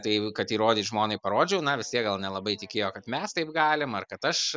tai kad įrodyt žmonai parodžiau na vis tiek gal nelabai tikėjo kad mes taip galim ar kad aš